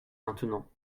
maintenant